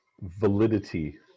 validity